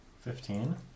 Fifteen